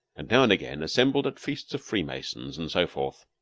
and now and again assembled at feasts of free masons, and so forth.